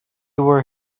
were